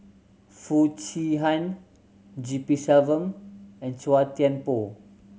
Foo Chee Han G P Selvam and Chua Thian Poh